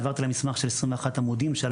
העברתי להם מסמך של 21 עמודים שעל